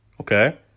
Okay